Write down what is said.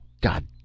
God